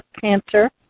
cancer